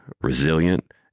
resilient